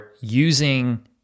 using